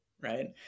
right